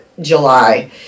July